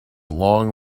long